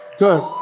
Good